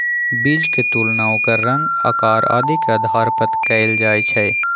बीज के तुलना ओकर रंग, आकार आदि के आधार पर कएल जाई छई